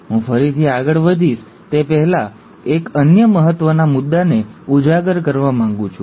હું ફરીથી આગળ વધીશ તે પહેલાં હું ફરીથી એક અન્ય મહત્ત્વના મુદ્દાને ઉજાગર કરવા માગું છું